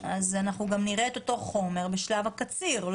אנחנו גם נראה את אותו חומר בשלב הקציר,